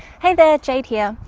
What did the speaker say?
hey there, jade here.